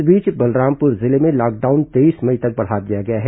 इस बीच बलरामपुर जिले में लॉकडाउन तेईस मई तक बढ़ा दिया गया है